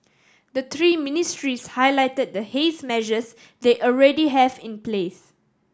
the three ministries highlighted the haze measures they already have in place